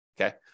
Okay